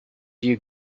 you